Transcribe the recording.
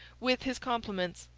with his compliments.